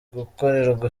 gukorerwa